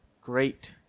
great